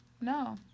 No